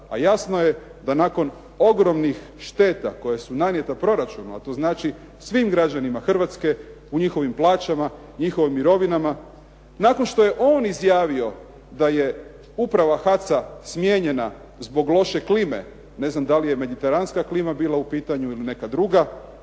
a jasno je da nakon ogromnih šteta koje su nanijete proračunu, a to znači svim građanima Hrvatske u njihovim plaćama, njihovim mirovinama. Nakon što je on izjavio da je uprava HAC-a smijenjena zbog loše klime, ne znam da li je mediteranska klima bila u pitanju ili neka druga,